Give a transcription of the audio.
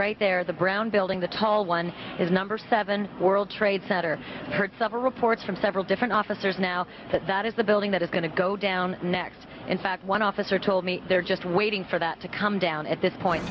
right there the brown building the tall one is number seven world trade center some reports from several different officers now that that is the building that is going to go down next in fact one officer told me they're just waiting for that to come down at this point